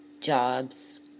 jobs